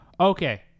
Okay